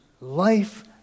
life